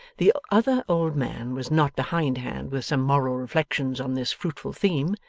the other old man was not behindhand with some moral reflections on this fruitful theme,